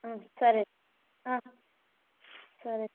సరే సరే